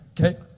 okay